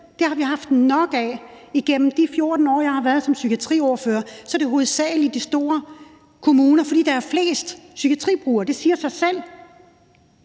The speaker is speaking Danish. Det har vi haft nok af. Igennem de 14 år, jeg har siddet som psykiatriordfører, er det hovedsagelig foregået i de store kommuner, fordi der er flest psykiatribrugere. Det siger sig selv.